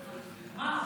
מה?